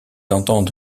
entende